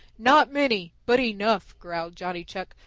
not many, but enough, growled johnny chuck.